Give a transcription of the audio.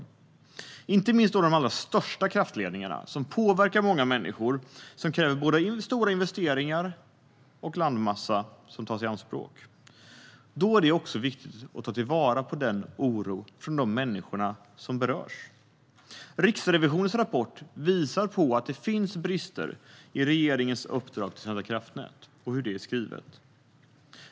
Det gäller inte minst de allra största kraftledningarna som påverkar många människor och kräver både stora investeringar och landmassa som tas i anspråk. Då är det också viktigt att ta oron hos de människor som berörs på allvar. Riksrevisionens rapport visar att det finns brister i hur regeringens uppdrag till Svenska kraftnät är skrivet.